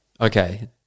Okay